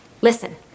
Listen